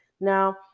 Now